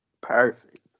perfect